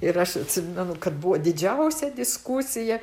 ir aš atsimenu kad buvo didžiausia diskusija